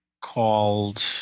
called –